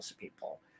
people